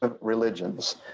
religions